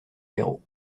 héros